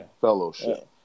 fellowship